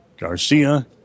Garcia